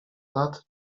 lat